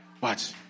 Watch